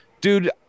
Dude